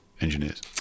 engineers